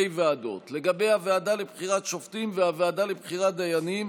ועדות: לגבי הוועדה לבחירת שופטים והוועדה לבחירת דיינים